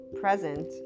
present